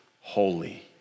holy